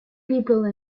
people